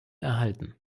erhalten